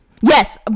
Yes